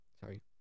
Sorry